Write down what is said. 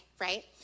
right